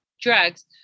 drugs